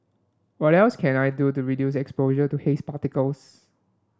what else can I do to reduce exposure to haze particles